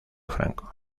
franco